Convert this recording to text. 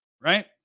right